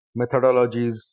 methodologies